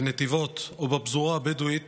בנתיבות או בפזורה הבדואית